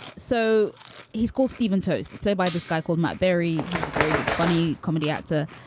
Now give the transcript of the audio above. so he's called stephen toasties play by this guy, called matt berry, who's a very good, funny comedy actor.